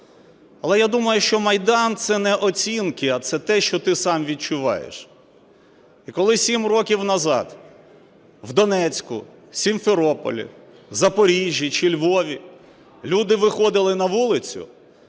Але я думаю, що Майдан – це не оцінки, а це те, що ти сам відчуваєш. І коли 7 років назад в Донецьку, Сімферополі, Запоріжжі чи Львові люди виходили на вулицю,